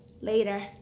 Later